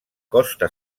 costa